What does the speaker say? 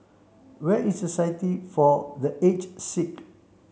where is Society for the Aged Sick